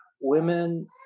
women